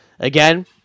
Again